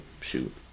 shoot